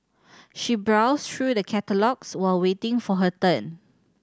she browsed through the catalogues while waiting for her turn